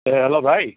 hello भाइ